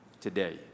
today